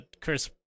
Chris